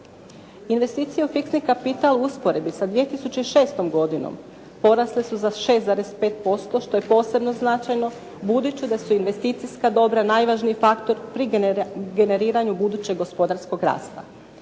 Investicija u fiksni kapital u usporedbi sa 2006. godinom porasle su za 6,5% što je posebno značajno budući da su investicijska dobra najvažniji faktor pri generiranju budućeg gospodarskog rasta.